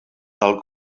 tal